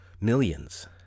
millions